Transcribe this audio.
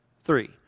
three